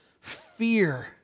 fear